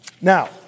Now